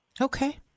Okay